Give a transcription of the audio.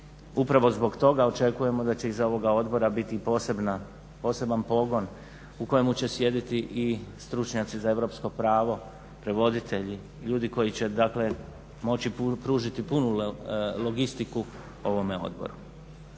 Upravo zbog toga očekujemo da će iza ovoga Odbora biti poseban pogon u kojemu će sjediti i stručnjaci za europsko pravo, prevoditelji, ljudi koji će dakle moći pružiti punu logistiku ovome odboru.